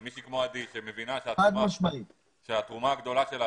מישהי כמו עדי שמבינה שהתרומה הגדולה שלה